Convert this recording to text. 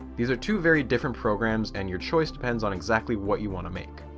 these are two very different programs and your choice depends on exactly what you want to make.